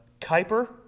Kuiper